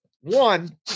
one